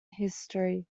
history